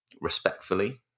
respectfully